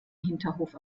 hinterhof